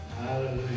Hallelujah